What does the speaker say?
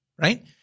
right